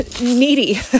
needy